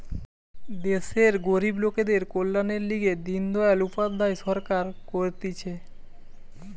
দেশের গরিব লোকদের কল্যাণের লিগে দিন দয়াল উপাধ্যায় সরকার করতিছে